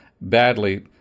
badly